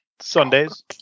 Sundays